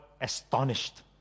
astonished